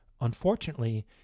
Unfortunately